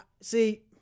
see